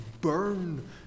burn